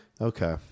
Okay